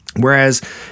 Whereas